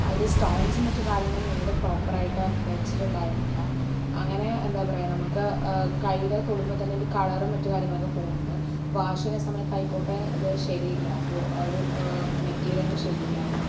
അതിൽ സ്റ്റോൺസ് മറ്റുകാര്യങ്ങൾ നേരെ പ്രോപ്പറായിട്ട് വെച്ചിട്ടുണ്ടായിരുന്നില്ല അങ്ങനെ എന്താ പറയുക നമുക്ക് കൈയിൽ തൊടുമ്പോൾ തന്നെ കളർ മറ്റുകാര്യങ്ങളും പോകുന്നുണ്ട് വാഷ് ചെയ്യുന്ന സമയതായിക്കോട്ടെ അത് ശരിയല്ല അപ്പോൾ ഒരു മെറ്റീരിയൽ ശരിയല്ലായിരുന്നു